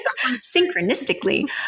Synchronistically